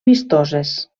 vistoses